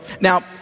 Now